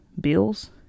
bills